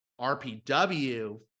RPW